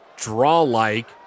Draw-like